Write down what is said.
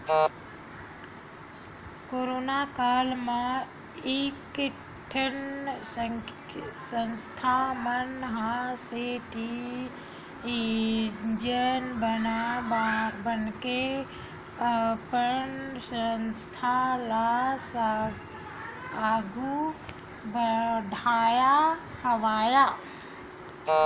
corona काल म कइ ठन संस्था मन ह सेनिटाइजर बना बनाके अपन संस्था ल आघु बड़हाय हवय